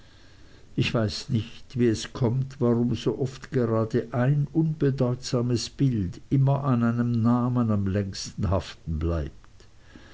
ich weiß nicht wie es kommt warum so oft gerade ein unbedeutsames bild immer an einem namen am längsten haften bleibt